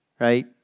right